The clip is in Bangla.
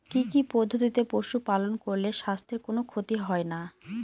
কি কি পদ্ধতিতে পশু পালন করলে স্বাস্থ্যের কোন ক্ষতি হয় না?